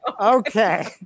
Okay